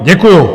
Děkuju.